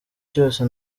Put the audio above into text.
cyose